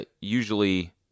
usually